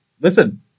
Listen